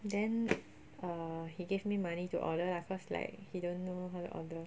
then err he gave me money to order lah cause like he don't know how to order